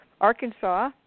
Arkansas